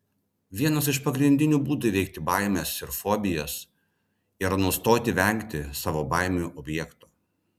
vienas iš pagrindinių būdų įveikti baimes ir fobijas yra nustoti vengti savo baimių objekto